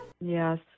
Yes